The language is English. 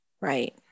Right